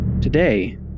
Today